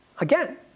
again